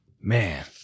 Man